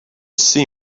see